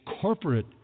corporate